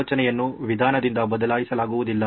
ಆಲೋಚನೆಯನ್ನು ವಿಧಾನದಿಂದ ಬದಲಾಯಿಸಲಾಗುವುದಿಲ್ಲ